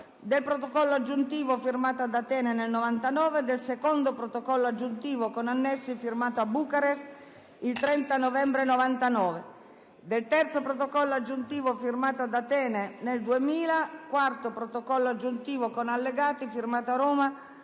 del Protocollo aggiuntivo firmato ad Atene il 12 gennaio 1999, del secondo Protocollo aggiuntivo, con annessi, firmato a Bucarest il 30 novembre 1999, del terzo Protocollo aggiuntivo firmato ad Atene il 21 giugno 2000, del quarto Protocollo aggiuntivo, con allegati, firmato a Roma